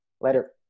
Later